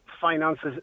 finances